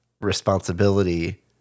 responsibility